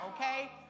Okay